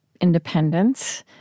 independence